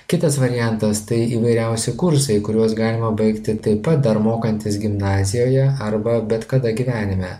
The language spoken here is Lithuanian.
kitas variantas tai įvairiausi kursai kuriuos galima baigti taip pat dar mokantis gimnazijoje arba bet kada gyvenime